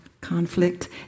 conflict